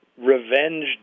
revenge